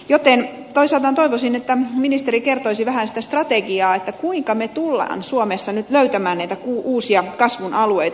joten toisaalta toivoisin että ministeri kertoisi vähän sitä strategiaa kuinka me tulemme suomessa nyt löytämään näitä uusia kasvun alueita